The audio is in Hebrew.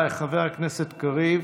חבר הכנסת קריב,